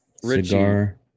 Cigar